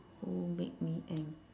who make me ang~